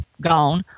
gone